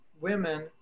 women